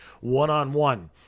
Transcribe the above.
one-on-one